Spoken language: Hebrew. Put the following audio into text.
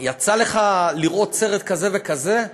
יצא לך לראות סרט כזה וכזה?